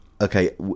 Okay